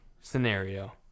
scenario